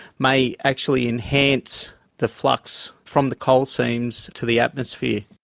may actually enhance the flux from the coal seams to the atmosphere.